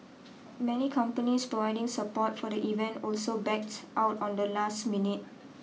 many companies providing support for the event also backed out on the last minute